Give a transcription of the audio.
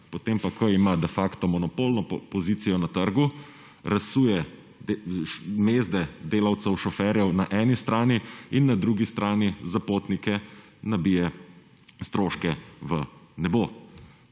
Potem pa ko ima de facto monopolno pozicijo na trgu razsuje mezde delavcev šoferjev na eni strani in na drugi strani za potnike nabije stroške v nebo.